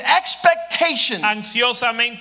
expectation